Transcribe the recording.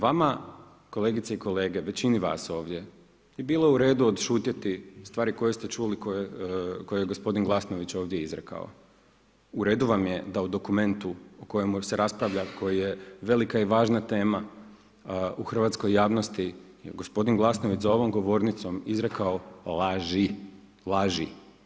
Vama kolegice i kolege, većini vas ovdje je bilo uredu odšutjeti stvari koje ste čuli, koje je gospodin Glasnović ovdje izrekao, uredu vam je da o dokumentu o kojemu se raspravlja koja je velika i važna tema u Hrvatskoj javnosti gospodin Glasnović za ovom govornicom izrekao laži, laži.